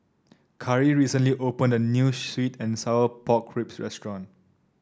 Cari recently opened a new sweet and Sour Pork Ribs restaurant